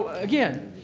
again,